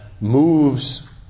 moves